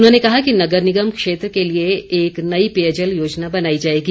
उन्होंने कहा कि नगर निगम क्षेत्र के लिए एक नई पेयजल योजना बनाई जाएगी